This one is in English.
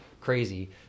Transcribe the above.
crazy